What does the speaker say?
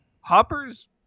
Hopper's